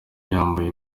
yambaye